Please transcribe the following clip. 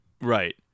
Right